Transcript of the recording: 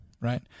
right